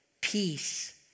Peace